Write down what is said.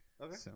Okay